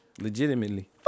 Legitimately